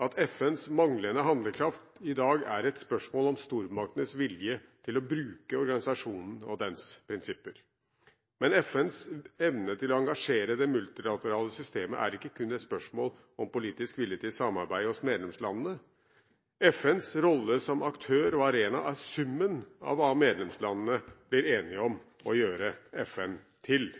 at FNs manglende handlekraft i dag er et spørsmål om stormaktenes vilje til å bruke organisasjonen og dens prinsipper. Men FNs evne til å engasjere det multilaterale systemet er ikke kun et spørsmål om politisk vilje til samarbeid hos medlemslandene. FNs rolle som aktør og arena er summen av hva medlemslandene blir enige om å gjøre FN til.